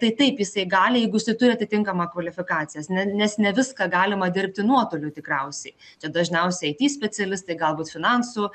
tai taip jisai gali jeigu jisai turi atitinkamą kvalifikacijas ne nes ne viską galima dirbti nuotoliu tikriausiai čia dažniausia ai ty specialistai galbūt finansų